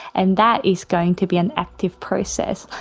and that is going to be an active process.